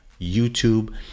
YouTube